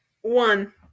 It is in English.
one